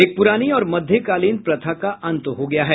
एक पुरानी और मध्यकालीन प्रथा का अंत हो गया है